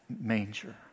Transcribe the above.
manger